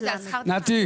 נתי,